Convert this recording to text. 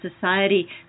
society